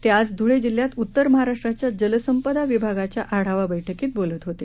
तेआजध्रळेजिल्ह्यातउत्तरमहाराष्ट्राच्याजलसंपदाविभागाच्याआढावाबैठकीतबोलतहोते